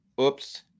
oops